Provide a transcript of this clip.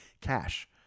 cash